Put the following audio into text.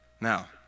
Now